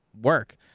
work